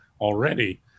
already